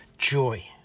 joy